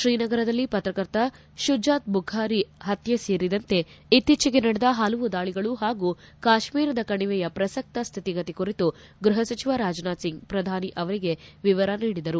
ಶ್ರೀನಗರದಲ್ಲಿ ಪತ್ರಕರ್ತ ಶುಜಾತ್ ಬುಖಾರಿ ಹತ್ಯ ಸೇರಿದಂತೆ ಇತ್ತೀಚಿಗೆ ನಡೆದ ಹಲವು ದಾಳಿಗಳು ಹಾಗೂ ಕಾಶ್ಮೀರದ ಕಣಿವೆಯ ಪ್ರಸಕ್ತ ಸ್ಥಿತಿಗತಿ ಕುರಿತು ಗೃಹ ಸಚಿವ ರಾಜನಾಥ್ ಸಿಂಗ್ ಪ್ರಧಾನಿ ಅವರಿಗೆ ವಿವರ ನೀಡಿದರು